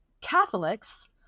catholics